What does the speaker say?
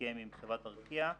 הסכם עם חברת ארקיע.